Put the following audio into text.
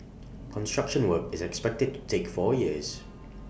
construction work is expected to take four years